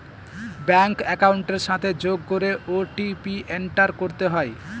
bank একাউন্টের সাথে যোগ করে ও.টি.পি এন্টার করতে হয়